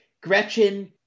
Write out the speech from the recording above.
Gretchen